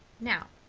now,